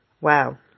Wow